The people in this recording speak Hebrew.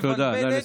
מבלבלת,